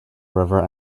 river